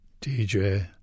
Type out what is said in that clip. DJ